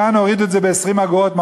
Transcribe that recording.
כאן הורידו אותו ב-20 אגורות,